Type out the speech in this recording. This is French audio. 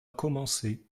commencer